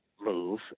move